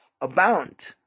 abound